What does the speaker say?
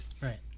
Right